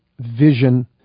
vision